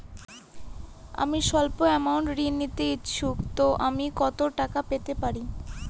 আমি সল্প আমৌন্ট ঋণ নিতে ইচ্ছুক তো আমি কত টাকা পেতে পারি?